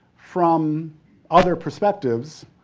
from other perspectives,